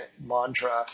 mantra